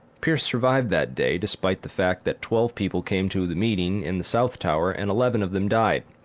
pierce survived that day, despite the fact that twelve people came to the meeting in the south tower, and eleven of them died.